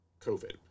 COVID